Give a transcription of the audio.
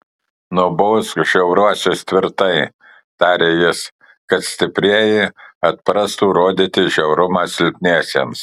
nubausk žiauriuosius tvirtai tarė jis kad stiprieji atprastų rodyti žiaurumą silpniesiems